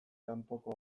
kanpoko